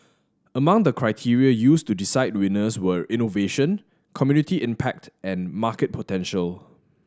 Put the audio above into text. among the criteria used to decide winners were innovation community impact and market potential